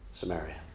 Samaria